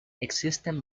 existen